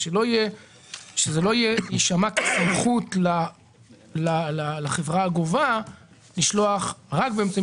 שזה לא יישמע כסמכות לחברה הגובה לשלוח רק באמצעים